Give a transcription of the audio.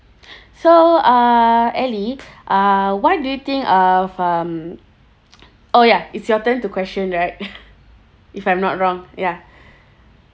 so uh elly uh what do you think of um oh ya it's your turn to question right if I'm not wrong ya